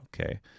okay